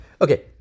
Okay